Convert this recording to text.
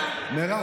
מירב.